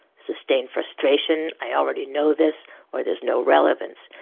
sustained frustration, i already know this or there's no relevance.